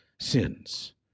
Sins